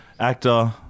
Actor